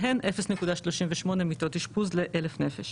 שהן 0.38 מיטות אשפוז ל-1,000 נפש.